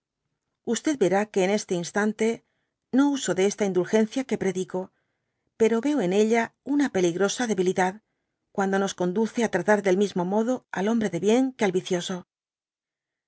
verá que en este instante no uso de esta indulgencia que predico pero veo eti ella una peligrosa debilidad cuando nos conduce á tratar del mismo modo al hombre de bien que al vicioso